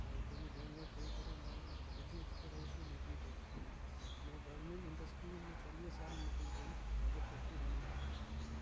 ऐं पंहिंजी भेण वटि रही करे मां जी बी एक्स वुडहाउस में नौकिरी कई नो गॉरमेंट इंडस्ट्री में मां चालीह साल नौकिरी कई ऐज़ अ फैक्ट्री मैनेजर